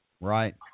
Right